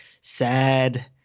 sad